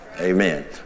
Amen